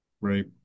Right